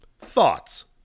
Thoughts